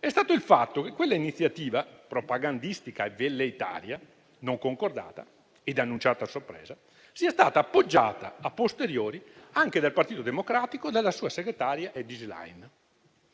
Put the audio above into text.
è stato il fatto che quella iniziativa, propagandistica e velleitaria, non concordata ed annunciata a sorpresa, sia stata appoggiata *a posteriori* anche dal Partito Democratico e dalla sua segretaria Elly